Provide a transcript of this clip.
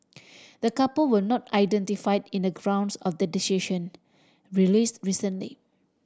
the couple were not identified in the grounds of decision released recently